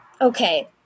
okay